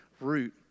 root